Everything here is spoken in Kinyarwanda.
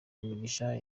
umugisha